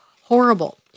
horrible